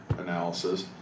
analysis